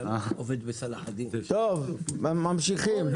אנחנו ממשיכים.